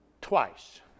twice